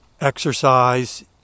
exercise